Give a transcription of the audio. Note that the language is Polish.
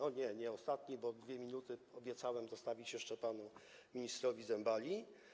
O nie, nie ostatni, bo 2 minuty obiecałem zostawić jeszcze panu ministrowi Zembali.